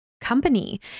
company